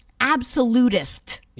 Absolutist